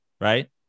right